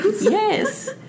yes